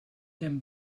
them